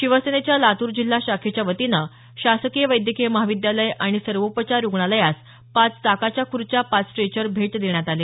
शिवसेनेच्या लातूर जिल्हा शाखेच्या वतीनं शासकीय वैद्यकीय महाविद्यालय आणि सर्वोपचार रुग्णालयास पाच चाकाच्या खुर्च्या पाच स्टेचर भेट देण्यात आले